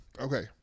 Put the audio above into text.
Okay